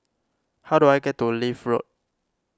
how do I get to Leith Road